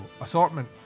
assortment